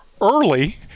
early